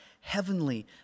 heavenly